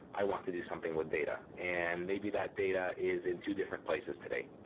i want to do something with data, and maybe that data is in two different places today,